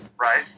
Right